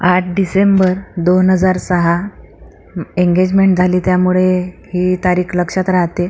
आठ डिसेंबर दोन हजार सहा एंगेजमेंट झाली त्यामुळे ही तारीख लक्षात राहाते